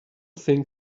thing